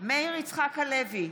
מאיר יצחק הלוי,